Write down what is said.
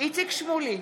איציק שמולי,